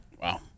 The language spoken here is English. Wow